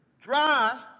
dry